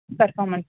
performance